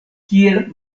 kiel